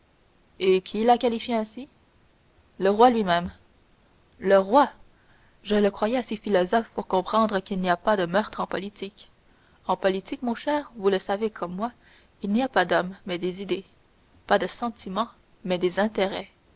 et qui l'a qualifiée ainsi le roi lui-même le roi je le croyais assez philosophe pour comprendre qu'il n'y a pas de meurtre en politique en politique mon cher vous le savez comme moi il n'y a pas d'hommes mais des idées pas de sentiments mais des intérêts